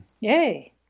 Yay